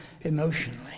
emotionally